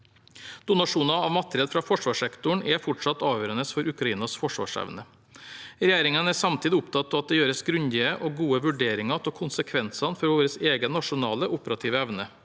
Donasjoner av materiell fra forsvarssektoren er fortsatt avgjørende for Ukrainas forsvarsevne. Regjeringen er samtidig opptatt av at det gjøres grundige og gode vurderinger av konsekvensene for vår egen nasjonale operative evne.